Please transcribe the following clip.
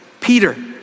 Peter